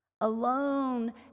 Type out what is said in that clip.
alone